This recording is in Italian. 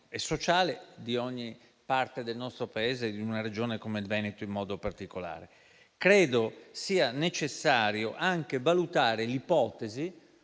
e sociale di ogni parte del nostro Paese e di una Regione come il Veneto in modo particolare. Credo sia necessario anche valutare l'ipotesi,